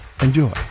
Enjoy